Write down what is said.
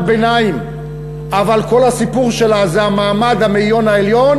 ביניים אבל כל הסיפור שלה זה מעמד המאיון העליון,